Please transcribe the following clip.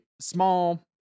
small